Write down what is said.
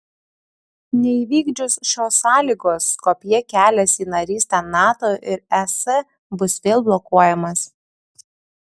neįvykdžius šios sąlygos skopjė kelias į narystę nato ir es bus vėl blokuojamas